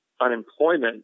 unemployment